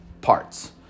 parts